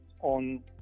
on